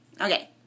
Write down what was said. Okay